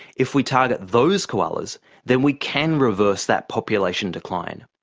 if we target those koalas then we can reverse that population decline,